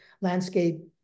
landscape